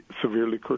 severely